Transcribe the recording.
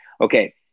Okay